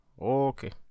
Okay